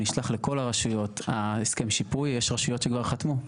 נשלח לכל הרשויות הסכם השיפוי ויש רשויות שכבר חתמו.